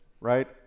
right